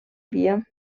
via